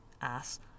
ass